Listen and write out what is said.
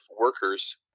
workers